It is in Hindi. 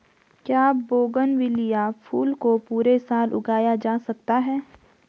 क्या बोगनविलिया फूल को पूरे साल उगाया जा सकता है?